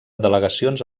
delegacions